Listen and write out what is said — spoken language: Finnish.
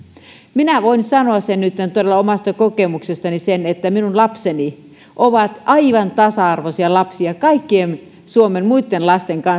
minä voin sanoa sen nytten todella omasta kokemuksestani että minun lapseni ovat aivan tasa arvoisia lapsia kaikkien suomen muitten lasten